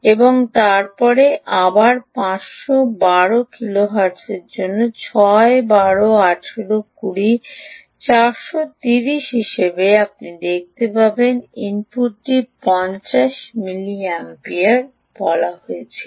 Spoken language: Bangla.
এবং তারপরে আবার 500 12 কিলোহার্টজের জন্য 6 12 18 20 430 হিসাবে আপনি দেখতে পাবেন ইনপুটটি 50 মিলিমিপিয়ার বলা হয়েছিল